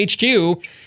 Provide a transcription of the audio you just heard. HQ